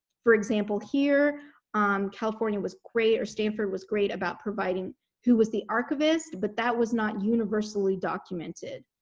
for example, here um california was great or stanford was great about providing who was the archivist but that was not universally documented.